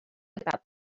about